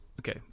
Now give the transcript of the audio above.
okay